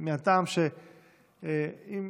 מהטעם שאם